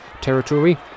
Territory